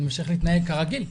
ממשיך להתנהג כרגיל.